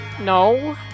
No